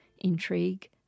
intrigue